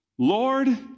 Lord